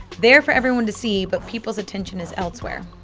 there for everyone to see but people's attention is elsewhere.